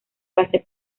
clase